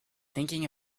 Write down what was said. thinking